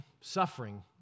suffering